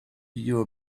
your